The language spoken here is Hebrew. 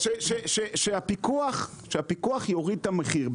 שהפיקוח יוריד את המחיר,